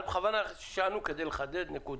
שאלנו כדי לחדד נקודה.